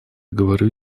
говорю